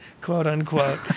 quote-unquote